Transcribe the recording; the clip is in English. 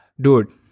dude